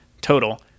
total